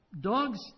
Dog's